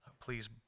please